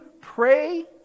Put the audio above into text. Pray